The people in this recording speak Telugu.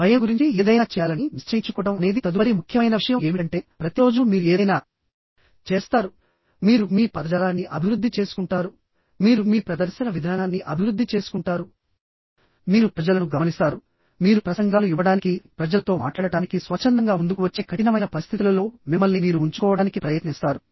భయం గురించి ఏదైనా చేయాలని నిశ్చయించుకోవడం అనేది తదుపరి ముఖ్యమైన విషయం ఏమిటంటేప్రతిరోజూ మీరు ఏదైనా చేస్తారు మీరు మీ పదజాలాన్ని అభివృద్ధి చేసుకుంటారు మీరు మీ ప్రదర్శన విధానాన్ని అభివృద్ధి చేసుకుంటారు మీరు ప్రజలను గమనిస్తారు మీరు ప్రసంగాలు ఇవ్వడానికి ప్రజలతో మాట్లాడటానికి స్వచ్ఛందంగా ముందుకు వచ్చే కఠినమైన పరిస్థితులలో మిమ్మల్ని మీరు ఉంచుకోవడానికి ప్రయత్నిస్తారు